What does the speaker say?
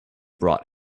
brought